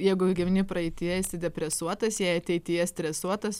jeigu gyveni praeityje esi depresuotas jei ateityje stresuotas